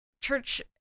church